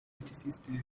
multisystem